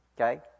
Okay